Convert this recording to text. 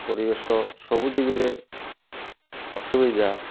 ପରିବେଶ ସବୁଦିଗରେ ଅସୁବିଧା